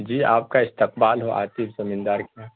جی آپ کا استقبال ہو عاطف زمیندار کے یہاں